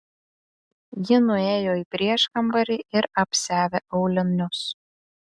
ji nuėjo į prieškambarį ir apsiavė aulinius